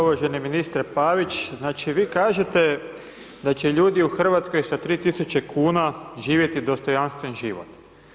Uvaženi ministre Pavić, vi kažete da će ljudi u Hrvatskoj sa 3000 kn živjeti dostojanstven život.